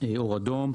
אור אדום,